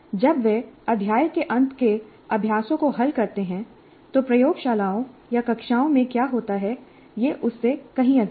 जब वे अध्याय के अंत के अभ्यासों को हल करते हैं तो प्रयोगशालाओं या कक्षाओं में क्या होता है यह उससे कहीं अधिक है